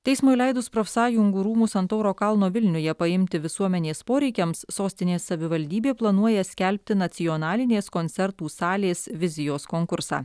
teismui leidus profsąjungų rūmus ant tauro kalno vilniuje paimti visuomenės poreikiams sostinės savivaldybė planuoja skelbti nacionalinės koncertų salės vizijos konkursą